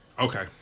Okay